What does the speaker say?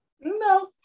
no